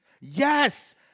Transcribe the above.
Yes